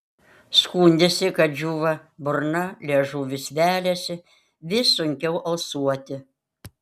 skundėsi kad džiūva burna liežuvis veliasi vis sunkiau alsuoti